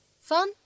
fun